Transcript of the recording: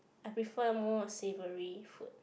I prefer more savoury food